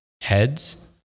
heads